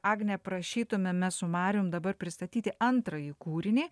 agne prašytumėm mes su marium dabar pristatyti antrąjį kūrinį